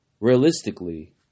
realistically